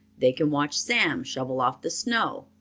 they can watch sam shovel off the snow,